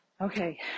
Okay